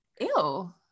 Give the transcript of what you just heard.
Ew